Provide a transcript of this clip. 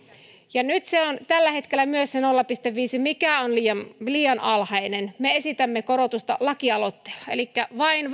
ja nyt se on tällä hetkellä myös se nolla pilkku viisi mikä on liian liian alhainen me esitämme korotusta lakialoitteella elikkä vain